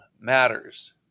matters